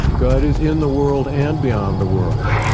god is in the world and beyond the world.